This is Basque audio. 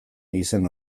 izen